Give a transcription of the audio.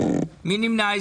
מי נמנע?